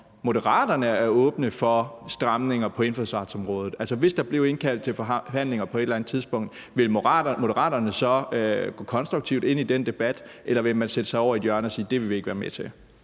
Moderaterne er åbne for stramninger på indfødsretsområdet. Altså, hvis der blev indkaldt til forhandlinger på et eller andet tidspunkt, ville Moderaterne så gå konstruktivt ind i den debat, eller ville man sætte sig over i et hjørne og sige, at det vil man ikke være med til?